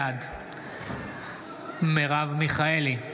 בעד מרב מיכאלי,